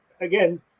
Again